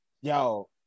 Yo